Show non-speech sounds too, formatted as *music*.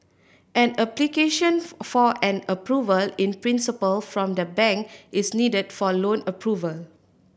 an application *unintelligible* for an Approval in Principle from the bank is needed for loan approval